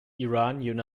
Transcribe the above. iran